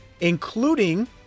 including